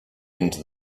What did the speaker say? into